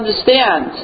understand